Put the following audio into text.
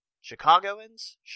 Chicagoans